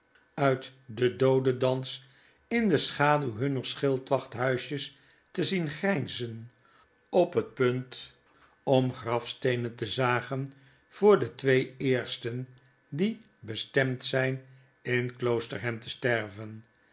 nit den dooden dans in de schaduw hunner schildwachthuisjes te zien grynzen op het punt omgrafsteenen te zagen voor de twee eersten die bestemd zyn in kloosterham te sterven